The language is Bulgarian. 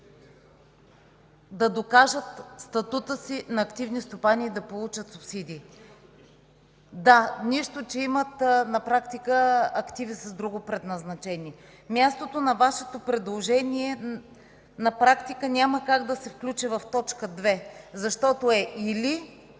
да докажат статута си на активни стопани и да получат субсидии. Нищо че на практика имат активи с друго предназначение. Мястото на Вашето предложение на практика няма как да се включи в т. 2, защото е „или”.